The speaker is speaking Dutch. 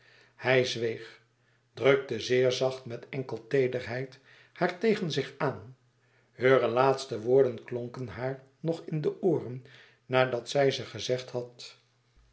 hij zweeg drukte zeer zacht met enkel teederheid haar tegen zich aan heure laatste woorden klonken haar nog in de ooren nadat zij ze gezegd had